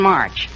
March